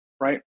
right